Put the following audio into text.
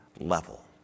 level